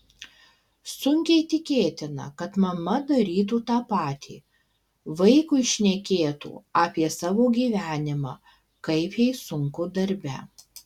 sunkiai tikėtina kad mama darytų tą patį vaikui šnekėtų apie savo gyvenimą kaip jai sunku darbe